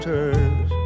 Turns